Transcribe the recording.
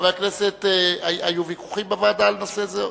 חבר הכנסת, היו ויכוחים בוועדה על נושא זה?